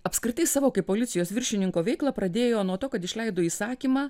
apskritai savo kaip policijos viršininko veiklą pradėjo nuo to kad išleido įsakymą